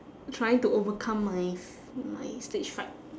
trying to overcome my f~ my stage fright